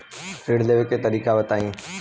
ऋण लेवे के तरीका बताई?